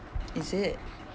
is it